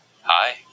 Hi